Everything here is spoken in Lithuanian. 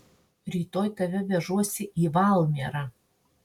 rytoj tave vežuosi į valmierą